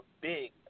big